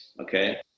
Okay